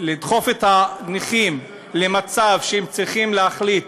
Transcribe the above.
לדחוף את הנכים למצב שהם צריכים לבחור